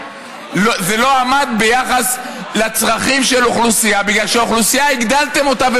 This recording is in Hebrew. זה לא עמד ביחס לצרכים של האוכלוסייה בגלל שהגדלתם את האוכלוסייה,